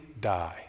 die